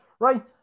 right